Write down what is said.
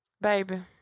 Baby